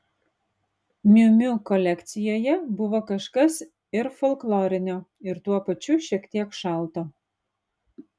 miu miu kolekcijoje buvo kažkas ir folklorinio ir tuo pačiu šiek tiek šalto